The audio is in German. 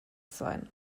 sein